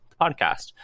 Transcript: podcast